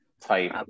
type